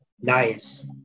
Nice